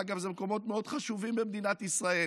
אגב, אלה מקומות מאוד חשובים במדינת ישראל,